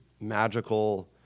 magical